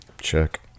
check